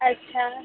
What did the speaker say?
अच्छा